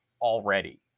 already